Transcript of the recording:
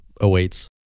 awaits